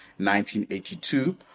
1982